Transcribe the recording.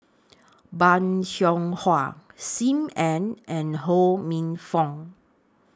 Bong Hiong Hwa SIM Ann and Ho Minfong